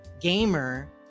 gamer